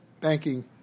banking